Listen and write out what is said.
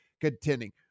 contending